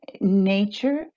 nature